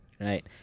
right